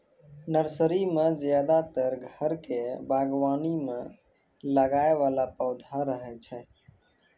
nursery मॅ ज्यादातर घर के बागवानी मॅ लगाय वाला पौधा रहै छै